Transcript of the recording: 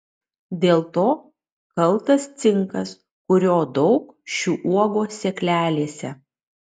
dėl to kaltas cinkas kurio daug šių uogų sėklelėse